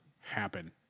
happen